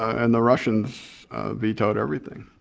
and the russians vetoed everything.